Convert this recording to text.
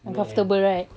uncomfortable right